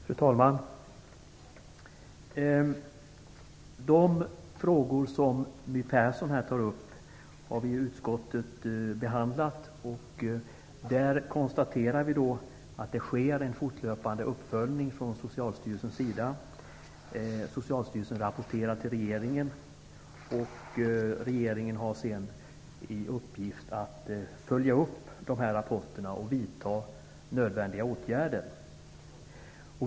Fru talman! Utskottet har behandlat de frågor som My Persson här tog upp. Där konstaterar vi att det sker en fortlöpande uppföljning från Socialstyrelsens sida. Socialstyrelsen rapporterar till regeringen. Regeringen har sedan i uppgift att följa upp dessa rapporter och vidta nödvändiga åtgärder.